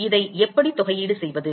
இதை எப்படி தொகையீடு செய்வது